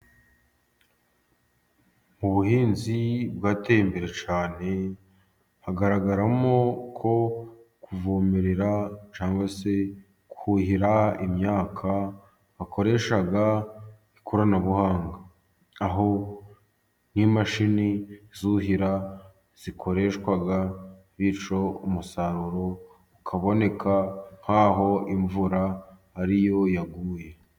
Mu buhinzi bwateye imbere cyane, hagaragaramo ko kuvomerera cyangwa se kuhira imyaka, bakoresha ikoranabuhanga. Aho n'imashini zuhira zikoreshwa bityo umusaruro ukaboneka nk'aho imvura ariyo yaguye.